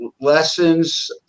lessons